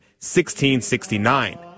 1669